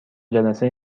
جلسه